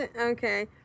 Okay